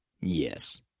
Yes